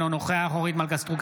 אינו נוכח אורית מלכה סטרוק,